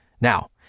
Now